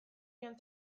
joan